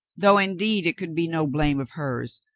though indeed it could be no blame of hers,